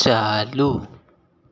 चालू